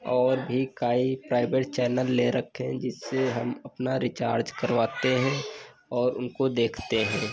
और भी कई प्राइवेट चैनल ले रखे हैं जिससे हम अपना रीचार्ज करवाते हैं और उनको देखते हैं